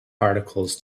particles